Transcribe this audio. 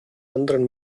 anderen